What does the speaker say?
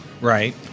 Right